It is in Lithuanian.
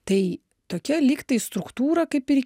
tai tokia lyg tai struktūra kaip ir